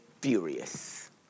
furious